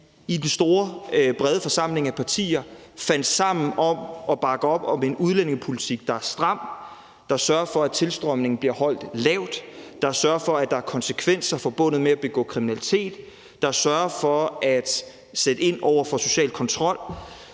i den store, brede forsamling af partier fandt sammen om at bakke op om en udlændingepolitik, der er stram, der sørger for, at tilstrømningen bliver holdt lav, der sørger for, at der er konsekvenser forbundet med at begå kriminalitet, og som sørger for at sætte ind over for social kontrol.